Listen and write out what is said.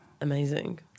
Amazing